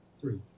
three